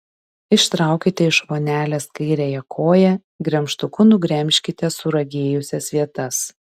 ištraukite iš vonelės kairiąją koją gremžtuku nugremžkite suragėjusias vietas